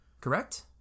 Correct